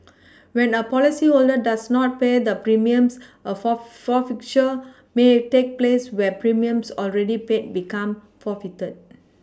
when a policyholder does not pay the premiums a for forfeiture may take place where premiums already paid become forfeited